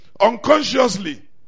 unconsciously